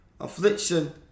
Affliction